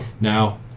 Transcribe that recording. Now